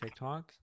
TikToks